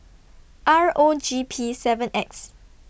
R O G P seven X